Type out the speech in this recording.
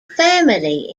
family